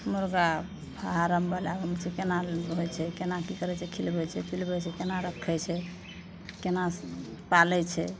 मुरगा फारमवला होइ छै कोना ओहिमे होइ छै कोना कि करै छै खिलबै छै पिलबै छै कोना रखै छै कोना पालै छै